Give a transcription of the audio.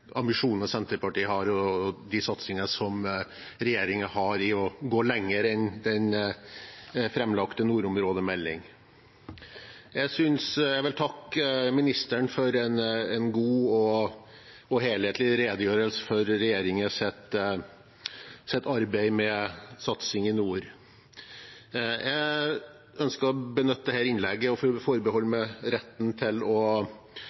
regjeringen har for å gå lengre enn det som den framlagte nordområdemeldingen legger opp til. Jeg vil takke ministeren for en god og helhetlig redegjørelse om regjeringens arbeid med satsingene i nord. Jeg ønsker å benytte dette innlegget – og forbeholder meg retten til å